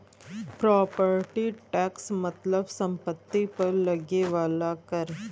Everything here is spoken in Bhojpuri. प्रॉपर्टी टैक्स मतलब सम्पति पर लगे वाला कर